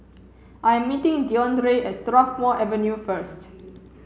I'm meeting Deondre at Strathmore Avenue first